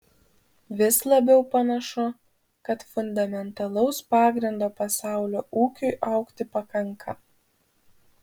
vis labiau panašu kad fundamentalaus pagrindo pasaulio ūkiui augti pakanka